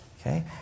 Okay